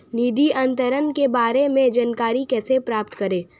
निधि अंतरण के बारे में जानकारी कैसे प्राप्त करें?